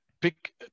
Pick